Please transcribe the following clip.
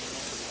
Hvala.